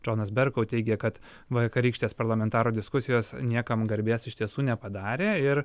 džonas berkou teigė kad vakarykštės parlamentarų diskusijos niekam garbės iš tiesų nepadarė ir